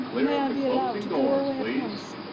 may i be allowed to go away at once?